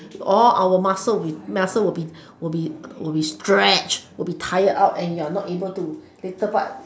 all our muscles will muscles will be will be will be stretched will be tired out and you are not able to later part